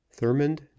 Thurmond